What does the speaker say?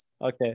Okay